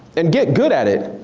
and get good at it,